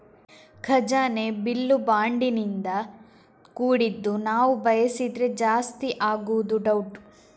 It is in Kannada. ಖಜಾನೆ ಬಿಲ್ಲು ಬಾಂಡಿನಿಂದ ಕೂಡಿದ್ದು ನಾವು ಬಯಸಿದ್ರೆ ಜಾಸ್ತಿ ಆಗುದು ಡೌಟ್